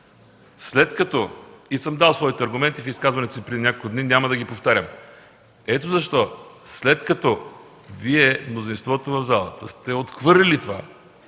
и съм дал своите аргументи в изказването си преди няколко дни, няма да ги повтарям. Ето защо, след като Вие, мнозинството в залата, сте отхвърлили това,